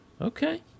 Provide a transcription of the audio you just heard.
Okay